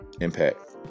Impact